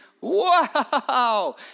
Wow